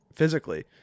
physically